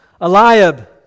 Eliab